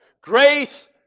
Grace